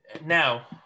now